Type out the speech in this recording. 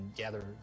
gather